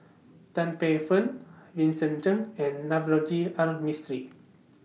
Tan Paey Fern Vincent Cheng and Navroji R Mistri